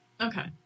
Okay